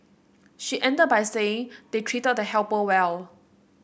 she ended by saying they treated the helper well